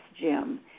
Jim